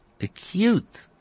acute